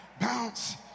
Bounce